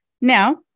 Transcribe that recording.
Now